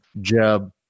Jeb